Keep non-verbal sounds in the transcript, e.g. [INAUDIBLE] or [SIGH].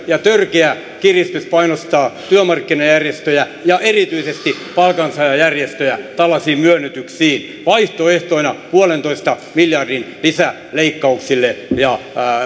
[UNINTELLIGIBLE] ja törkeä kiristys painostetaan työmarkkinajärjestöjä ja erityisesti palkansaajajärjestöjä tällaisiin myönnytyksiin vaihtoehtoina yhden pilkku viiden miljardin lisäleikkauksille ja